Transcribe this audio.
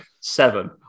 seven